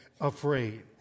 afraid